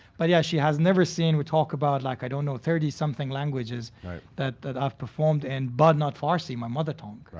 but yeah, she has never seen. we talk about, like, i don't know, thirty something languages that have ah performed, and but not farsi, my mother tongue.